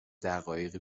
دقایقی